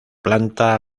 planta